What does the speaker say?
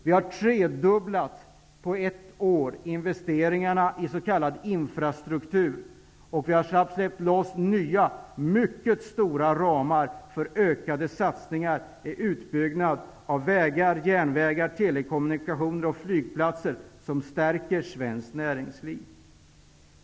Vi har på ett år tredubblat investeringarna i s.k. infrastruktur, och vi har släppt loss nya, mycket stora ramar för ökade satsningar på utbyggnad av vägar, järnvägar, telekommunikationer och flygplatser, som stärker svenskt näringsliv.